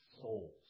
souls